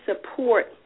support